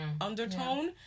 undertone